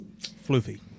Floofy